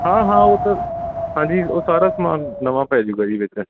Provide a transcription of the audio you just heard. ਹਾਂ ਹਾਂ ਉਹ ਤਾਂ ਹਾਂਜੀ ਉਹ ਸਾਰਾ ਸਮਾਨ ਨਵਾਂ ਪੈ ਜੂਗਾ ਜੀ ਵਿੱਚ